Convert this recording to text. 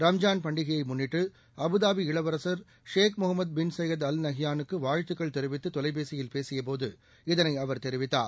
ரம்ஜான் பண்டிகையை முன்னிட்டு அபுதாபி இளவரசர் Sheikh Mohammed bin Zayed Al நஹ்யானுக்கு வாழ்த்துக்கள் தெரிவித்து தொலைபேசியில் பேசிய போது இதனை அவர் தெரிவித்தார்